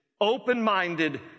open-minded